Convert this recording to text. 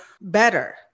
better